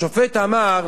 השופט אמר,